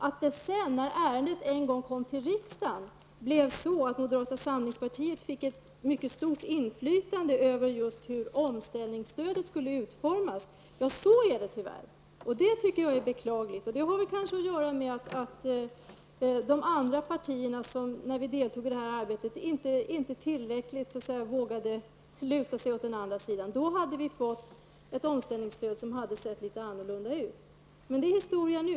Att moderata samlingspartiet sedan, när ärendet kom till riksdagen, fick ett mycket stort inflytande över just hur omställningsstödet skulle utformas, så är det tyvärr, och det tycker jag är beklagligt. Det har kanske att göra med att de andra partierna i det arbetet inte tillräckligt vågade luta sig åt den andra sidan. Om så skett, hade omställningsstödet sett litet annorlunda ut. Men det är historia nu.